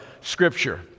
Scripture